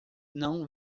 não